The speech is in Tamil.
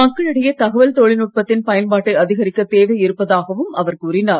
மக்களிடையே தகவல் தொழில் நுட்பத்தின் பயன்பாட்டை அதிகரிக்க தேவை இருப்பதாகவும் அவர் கூறினார்